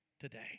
Today